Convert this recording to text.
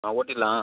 ஆ ஓட்டிடலாம்